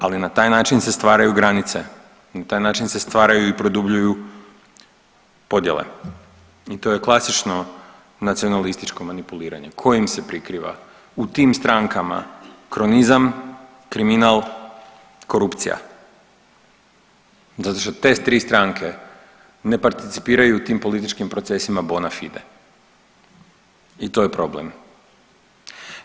Ali na taj način se stvaraju granice, na taj način se stvaraju i produbljuju podjele i to je klasično nacionalističko manipuliranje kojim se prikriva u tim strankama kronizam, kriminal, korupcija zato što te tri stranke ne participiraju u tim političkim procesima bona fide i to je problem.